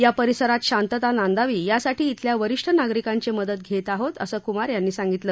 या परिसरात शांतता नांदावी यासाठी खेल्या वरिष्ठ नागरिकांची मदत घेत आहोत असं कुमार यांनी सांगितलं